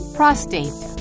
Prostate